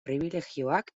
pribilegioak